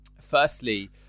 firstly